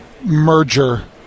merger